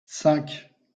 cinq